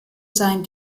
sein